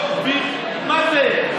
מה זה,